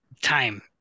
time